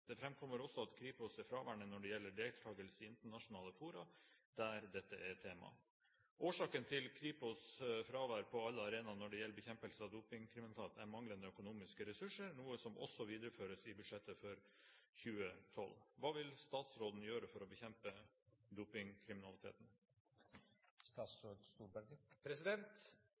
Det fremkommer også at Kripos er fraværende når det gjelder deltakelse i internasjonale fora der dette er tema. Årsaken til Kripos sitt fravær på alle arenaer når det gjelder bekjempelse av dopingkriminalitet, er manglende økonomiske ressurser, noe som også videreføres i budsjettet for 2012. Hva vil statsråden gjøre for å bekjempe dopingkriminaliteten?»